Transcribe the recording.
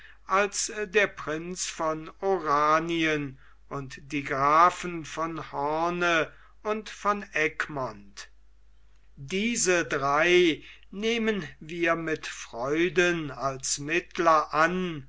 als der prinz von oranien und die grafen von hoorn und von egmont diese drei nehmen wir mit freuden als mittler an